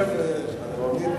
זה פינאלה יפה.